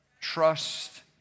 Trust